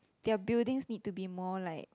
their buildings need to be more like